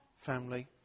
family